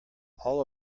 all